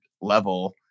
level